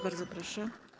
Bardzo proszę.